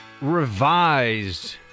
revised